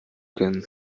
können